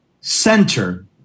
center